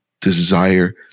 desire